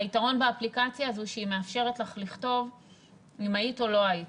היתרון באפליקציה הזו שהיא מאפשרת לך לכתוב אם היית או לא היית,